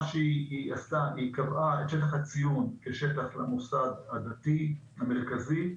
מה שהיא עשתה היא קבעה את שטח הציון כשטח המוסד הדתי המרכזי.